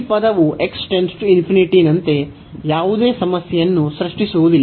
ಈ ಪದವು ನಂತೆ ಯಾವುದೇ ಸಮಸ್ಯೆಯನ್ನು ಸೃಷ್ಟಿಸುವುದಿಲ್ಲ